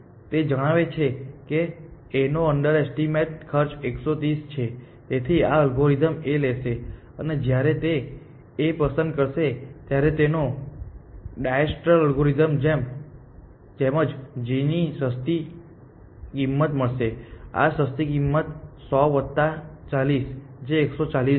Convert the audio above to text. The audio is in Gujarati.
તે જણાવે છે કે A નો અંડર એસ્ટીમેટ ખર્ચ 130 છે તેથી આ અલ્ગોરિધમ A લેશે અને જ્યારે તે A પસંદ કરશે ત્યારે તેને ડાયસ્ટ્રેટલ એલ્ગોરિધમની જેમ જ g ની સસ્તી કિંમત મળશે અને આ સસ્તી કિંમત 100 વત્તા 40 જે 140 છે